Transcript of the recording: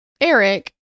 Eric